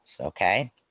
okay